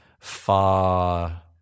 far